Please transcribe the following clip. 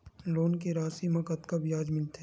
Loan के राशि मा कतका ब्याज मिलथे?